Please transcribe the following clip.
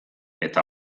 eta